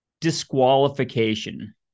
disqualification